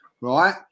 right